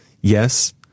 yes